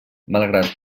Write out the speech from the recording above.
malgrat